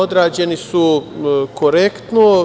Odrađeni su korektno.